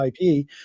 IP